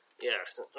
Yes